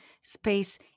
space